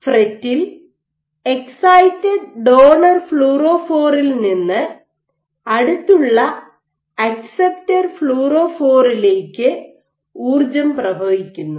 ഫ്രെറ്റിൽ excited donor ഫ്ലൂറോഫോറിൽ നിന്ന് അടുത്തുള്ള അക്സെപ്റ്റർ ഫ്ലൂറോഫോറിലേക്ക് ഊർജ്ജം പ്രവഹിക്കുന്നു